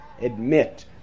admit